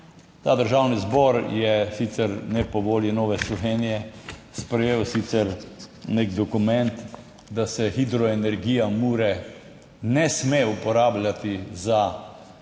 Ta Državni zbor je, sicer ne po volji Nove Slovenije, sprejel sicer nek dokument, da se hidroenergija Mure ne sme uporabljati za